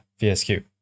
VSQ